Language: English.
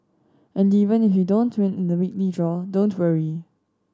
and even if you don't win in the weekly draw don't worry